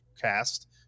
cast